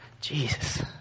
Jesus